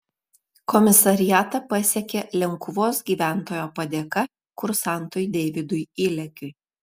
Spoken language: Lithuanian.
komisariatą pasiekė linkuvos gyventojo padėka kursantui deividui ilekiui